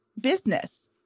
business